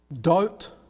doubt